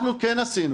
אנחנו כן עשינו,